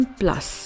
plus